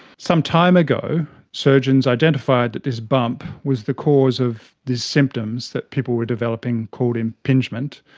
some time ago surgeons identified that this bump was the cause of these symptoms that people were developing called impingement,